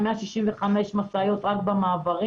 תפסנו 165 משאיות רק במעברים,